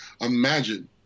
Imagine